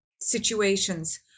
situations